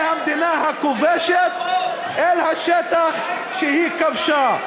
המדינה הכובשת אל השטח שהיא כבשה.